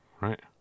right